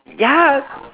ya